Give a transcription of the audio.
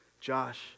Josh